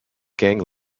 gang